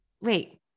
Wait